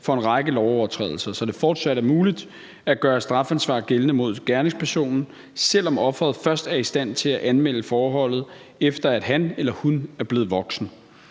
for en række lovovertrædelser, så det fortsat er muligt at gøre strafansvar gældende mod gerningspersonen, selv om offeret først er i stand til at anmelde forholdet, efter at han eller hun er blevet voksen.